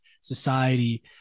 society